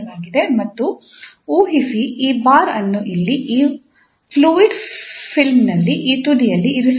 ಮತ್ತು ಊಹಿಸಿ ಈ ಬಾರ್ ಅನ್ನು ಇಲ್ಲಿ ಈ ಫ್ಲೂಯಿಡ್ ಫಿಲ್ಮ್ನಲ್ಲಿ ಈ ತುದಿಯಲ್ಲಿ ಇರಿಸಲಾಗಿದೆ